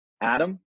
Adam